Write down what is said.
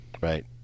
Right